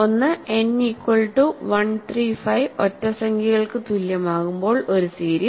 ഒന്ന് N equal to 1 3 5 ഒറ്റ സംഖ്യകൾക്ക് തുല്യമാകുമ്പോൾ ഒരു സീരീസ്